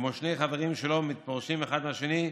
כמו שני חברים שלא פורשים אחד מהשני,